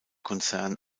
konzern